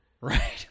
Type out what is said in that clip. Right